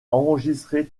enregistré